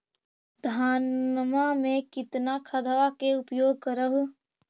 धानमा मे कितना खदबा के उपयोग कर हू?